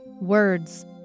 Words